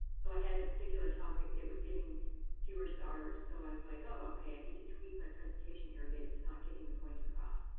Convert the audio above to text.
so i had a particular topic that was getting fewer stars, so i was like, oh ok, i need to tweak my presentation here a bit. it's not getting the point across.